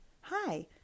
Hi